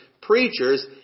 preachers